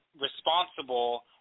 responsible